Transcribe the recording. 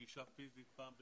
לפגישה פיזית פעם בשבועיים,